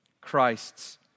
Christ's